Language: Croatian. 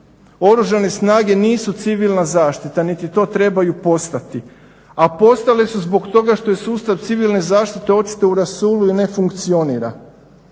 Oružane snage nisu civilna zaštita niti to trebaju postati. A postale su zbog toga što je sustav civilne zaštite očito u rasulu i ne funkcionira.